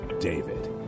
David